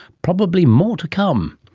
probably more to come.